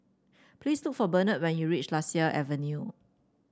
please look for Benard when you reach Lasia Avenue